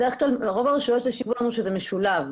בדרך כלל ברוב הרשויות השיבו לנו שזה משולב,